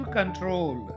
control